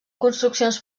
construccions